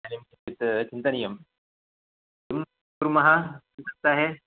इदानीं किञ्चित् चिन्तनीयं किं कुर्मः अस्मिन् सप्ताहे